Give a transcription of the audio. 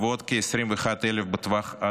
ועוד כ-21,000 בטווח של